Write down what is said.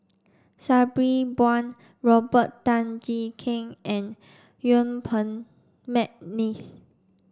Sabri Buang Robert Tan Jee Keng and Yuen Peng McNeice